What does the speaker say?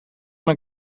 mijn